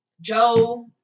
Joe